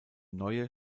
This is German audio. neue